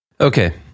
okay